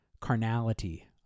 carnality